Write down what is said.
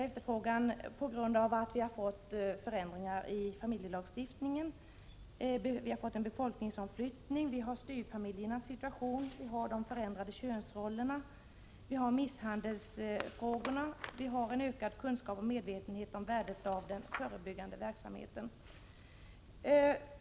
Efterfrågan har ökat på grund av förändringar i familjelagstiftningen, befolkningsomflyttningar, styvfamiljernas situation, de förändrade könsrollerna, misshandelsfrågorna och på grund av att vi har fått en ökad kunskap och medvetenhet om värdet av den förebyggande verksamheten.